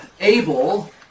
able